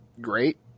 great